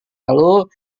lalu